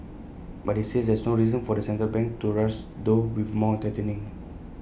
but IT says there's no reason for the central bank to rush though with more tightening